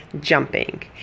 jumping